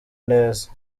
neza